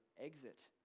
exit